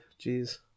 Jeez